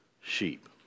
sheep